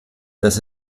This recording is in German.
das